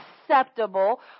acceptable